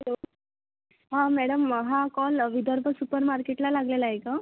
हा मॅडम हा कॉल विधर्भ सुपरमार्केटला लागलेला आहे का